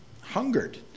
hungered